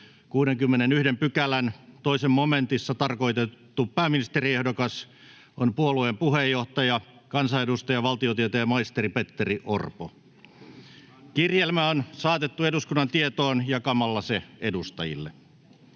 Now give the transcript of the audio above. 61 §:n 2 momentissa tarkoitettu pääministeriehdokas on puolueen puheenjohtaja, kansanedustaja, valtiotieteiden maisteri Petteri Orpo. Kirjelmä on saatettu eduskunnan tietoon jakamalla se edustajille.